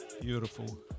beautiful